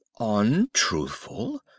untruthful